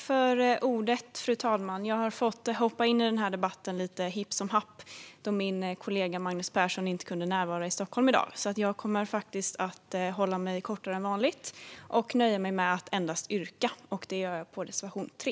Fru talman! Jag har fått hoppa in i den här debatten lite hux flux, då min kollega Magnus Persson inte kunde närvara i Stockholm i dag, så jag kommer faktiskt att hålla mig kortare än vanligt. Jag nöjer mig med att yrka bifall till reservation 3.